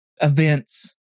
events